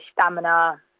stamina